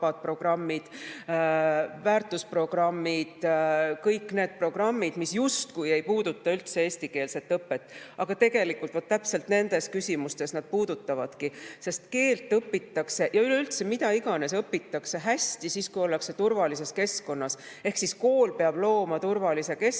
väärtusprogrammid, kõik need programmid, mis justkui ei puuduta üldse eestikeelset õpet? Sest tegelikult vaat täpselt nendes küsimustes need puudutavadki. Keelt õpitakse ja üleüldse mida iganes õpitakse hästi siis, kui ollakse turvalises keskkonnas. Kool peab looma turvalise keskkonna